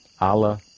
Allah